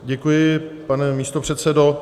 Děkuji, pane místopředsedo.